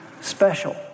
special